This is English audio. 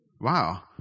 wow